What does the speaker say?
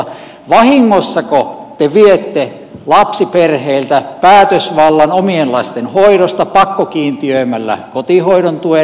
vahingossako te viette lapsiperheiltä päätösvallan omien lasten hoidosta pakkokiintiöimällä kotihoidon tuen